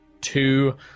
two